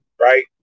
right